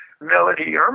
Melody